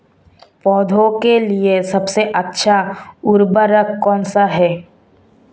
पौधों के लिए सबसे अच्छा उर्वरक कौनसा हैं?